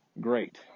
great